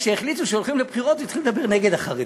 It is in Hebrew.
כשהחליטו שהולכים לבחירות הוא התחיל לדבר נגד החרדים.